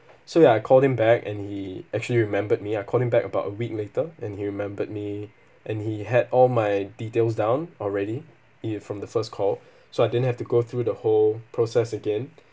so ya I called him back and he actually remembered me I called him back about a week later and he remembered me and he had all my details down already it uh from the first call so I didn't have to go through the whole process again